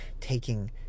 taking